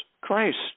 Christ